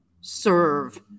serve